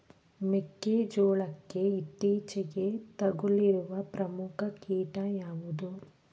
ಮೆಕ್ಕೆ ಜೋಳಕ್ಕೆ ಇತ್ತೀಚೆಗೆ ತಗುಲಿರುವ ಪ್ರಮುಖ ಕೀಟ ಯಾವುದು?